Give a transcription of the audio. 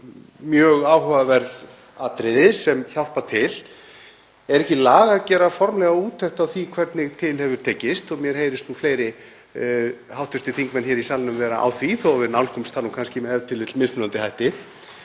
mjög áhugaverð atriði sem hjálpa til. Er ekki lag að gera formlega úttekt á því hvernig til hefur tekist? Mér heyrist fleiri hv. þingmenn hér í salnum vera á því þó að við nálgumst það kannski með mismunandi hætti.